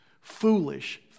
foolish